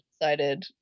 decided